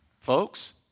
Folks